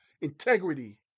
integrity